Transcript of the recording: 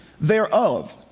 thereof